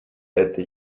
это